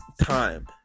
time